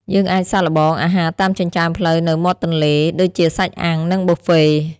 យើងអាចសាកល្បងអាហារតាមចិញ្ចើមផ្លូវនៅមាត់ទន្លេ ដូចជាសាច់អាំង និងប៊ូហ្វេ។